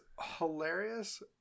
hilarious